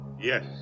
yes